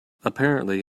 apparently